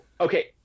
Okay